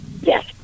Yes